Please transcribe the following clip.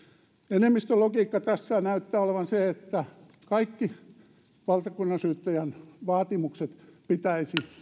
enemmistön logiikka tässä näyttää olevan se että kaikki valtakunnansyyttäjän vaatimukset pitäisi